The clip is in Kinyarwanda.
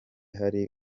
hari